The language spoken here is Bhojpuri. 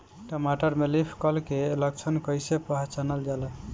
टमाटर में लीफ कल के लक्षण कइसे पहचानल जाला?